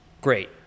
great